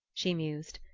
she mused.